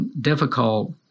difficult